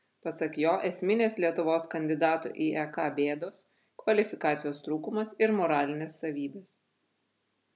pasak jo esminės lietuvos kandidato į ek bėdos kvalifikacijos trūkumas ir moralinės savybės